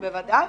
בוודאי.